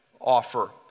offer